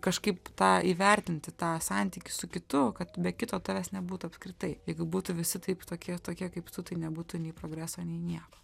kažkaip tą įvertinti tą santykį su kitu kad be kito tavęs nebūtų apskritai jeigu būtų visi taip tokie tokie kaip tu tai nebūtų nei progreso nei nieko